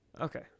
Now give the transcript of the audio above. Okay